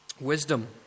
wisdom